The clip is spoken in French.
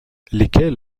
lesquels